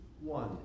one